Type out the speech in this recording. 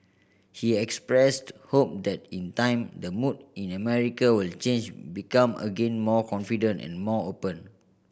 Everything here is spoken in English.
he expressed hope that in time the mood in America will change become again more confident and more open